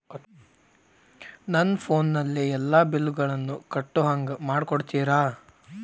ನನ್ನ ಫೋನಿನಲ್ಲೇ ಎಲ್ಲಾ ಬಿಲ್ಲುಗಳನ್ನೂ ಕಟ್ಟೋ ಹಂಗ ಮಾಡಿಕೊಡ್ತೇರಾ?